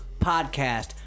Podcast